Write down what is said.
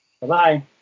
Bye-bye